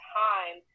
time